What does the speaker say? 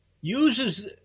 uses